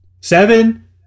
Seven